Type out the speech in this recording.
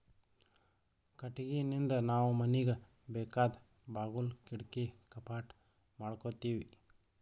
ಕಟ್ಟಿಗಿನಿಂದ್ ನಾವ್ ಮನಿಗ್ ಬೇಕಾದ್ ಬಾಗುಲ್ ಕಿಡಕಿ ಕಪಾಟ್ ಮಾಡಕೋತೀವಿ